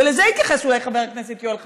ולזה התייחס אולי חבר הכנסת יואל חסון,